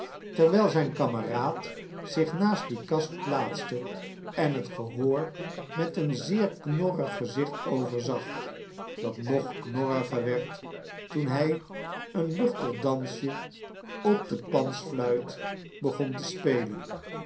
terwijl zijn kameraad zich naast die kast plaatste en het gehoor met een zeer knorrig gezicht overzag dat nog knorriger werd toen hij een luchtig dansje op de pansiluit begon te spelen